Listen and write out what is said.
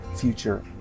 future